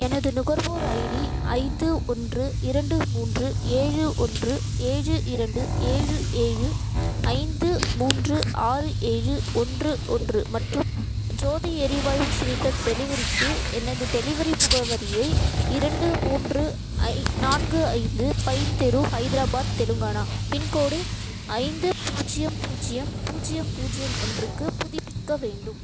எனது நுகர்வோர் ஐடி ஐந்து ஒன்று இரண்டு மூன்று ஏழு ஒன்று ஏழு இரண்டு ஏழு ஏழு ஐந்து மூன்று ஆறு ஏழு ஒன்று ஒன்று மற்றும் ஜோதி எரிவாயு சிலிண்டர் டெலிவரிக்கு எனது டெலிவரி முகவரியை இரண்டு மூன்று ஐ நான்கு ஐந்து பைன் தெரு ஹைதராபாத் தெலுங்கானா பின்கோடு ஐந்து பூஜ்ஜியம் பூஜ்ஜியம் பூஜ்ஜியம் பூஜ்ஜியம் ஒன்றுக்கு புதுப்பிக்க வேண்டும்